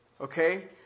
Okay